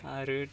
आरो